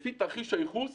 לפי תרחיש הייחוס